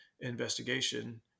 investigation